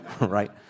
Right